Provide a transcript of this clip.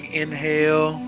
inhale